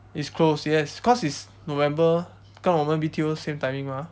it's closed yes cause it's november 跟我们 B_T_O same timing mah